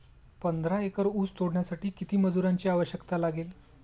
पंधरा एकर ऊस तोडण्यासाठी किती मजुरांची आवश्यकता लागेल?